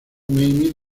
amy